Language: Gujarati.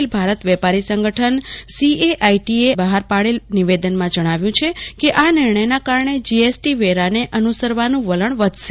અખિલ ભારત વેપારી સંગઠન સીએઆઈટી એ આજે બહાર પાડેલા નિવેદનમાં જણાવ્યું છે કે આ નિર્ણયના કારણે જીએસટી વેરાને અનુસરવાનું વલણ વધશે